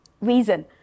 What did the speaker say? reason